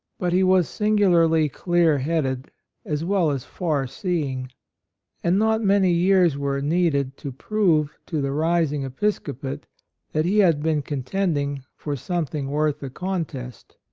but he was singularly clear-headed as well as far seeing and not many years were needed to prove to the rising episcopate that he had been contending for something worth a contest